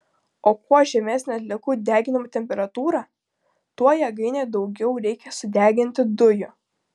o kuo žemesnė atliekų deginimo temperatūra tuo jėgainei daugiau reikia sudeginti dujų